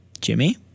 Jimmy